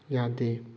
ꯌꯥꯗꯦ